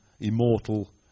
immortal